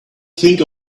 think